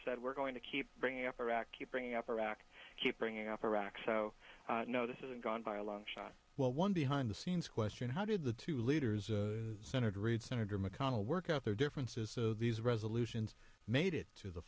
said we're going to keep bringing up iraq you bring up a rack keep bringing up iraq so no this isn't gone by a long shot well one behind the scenes question how did the two leaders senator reid senator mcconnell work out their differences these resolutions made it to the